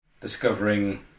Discovering